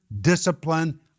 discipline